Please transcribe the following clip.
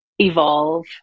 evolve